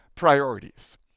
priorities